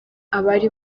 abari